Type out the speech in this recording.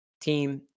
team